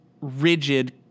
rigid